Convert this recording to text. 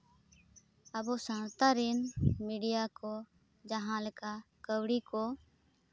ᱟᱵᱚ ᱥᱟᱶᱛᱟ ᱨᱮᱱ ᱢᱤᱰᱤᱭᱟ ᱠᱚ ᱡᱟᱦᱟᱸ ᱞᱮᱠᱟ ᱠᱟᱹᱣᱰᱤ ᱠᱚ